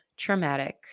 Traumatic